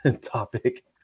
topic